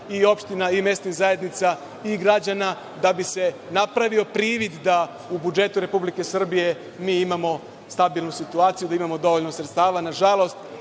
i opština i mesnih zajednica i građana da bi se napravio privid da u budžetu Republike Srbije mi imamo stabilnu situaciju, da imamo dovoljno sredstava. Na žalost,